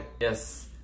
Yes